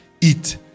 eat